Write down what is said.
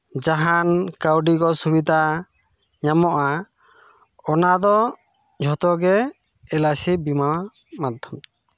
ᱡᱟᱦᱟᱱ ᱠᱟᱹᱣᱰᱤ ᱠᱚ ᱥᱩᱵᱤᱫᱷᱟ ᱧᱟᱢᱚᱜᱼᱟ ᱚᱱᱟ ᱫᱚ ᱡᱷᱚᱛᱚ ᱜᱮ ᱮᱞᱟᱭᱥᱤ ᱵᱤᱢᱟ ᱢᱟᱫᱽᱫᱷᱚᱢ ᱛᱮ